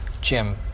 Jim